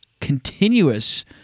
continuous